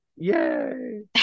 Yay